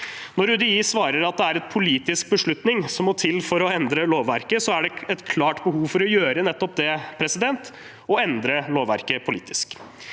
Når UDI svarer at det er en politisk beslutning som må til for å endre lovverket, er det et klart behov for å gjøre nettopp det: å endre lovverket politisk.